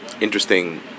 interesting